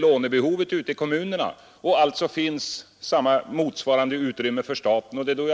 lånebehovet ute i kommunerna med en kvarts miljard, och då finns rimligtvis motsvarande utrymme för staten.